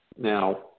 Now